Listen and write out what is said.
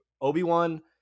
obi-wan